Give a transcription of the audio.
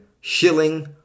shilling